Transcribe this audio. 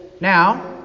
Now